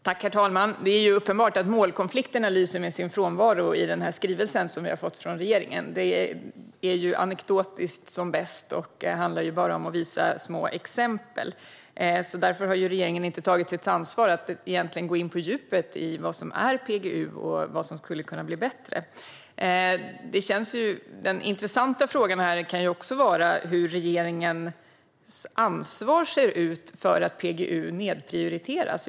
Herr talman! Det är uppenbart att målkonflikterna lyser med sin frånvaro i skrivelsen från regeringen. Den är anekdotisk som bäst och handlar bara om att visa små exempel. Därför har regeringen inte tagit sitt ansvar för att gå in på djupet om vad som är PGU och vad som skulle kunna bli bättre. Den intressanta frågan kan också vara hur regeringens ansvar ser ut för att PGU nedprioriteras.